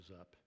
up